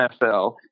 NFL